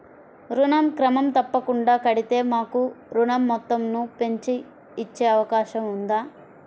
ఋణం క్రమం తప్పకుండా కడితే మాకు ఋణం మొత్తంను పెంచి ఇచ్చే అవకాశం ఉందా?